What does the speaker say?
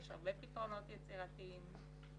יש הרבה פתרונות יצירתיים,